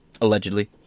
allegedly